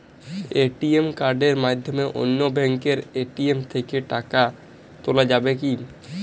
ATM কার্ডের মাধ্যমে অন্য ব্যাঙ্কের এ.টি.এম থেকে টাকা তোলা যাবে কি?